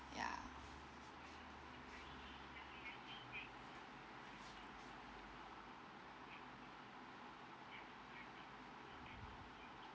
ya